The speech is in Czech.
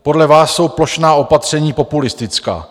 Podle vás jsou plošná opatření populistická.